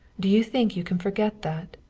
do you think you can forget that?